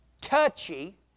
touchy